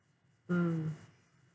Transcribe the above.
mm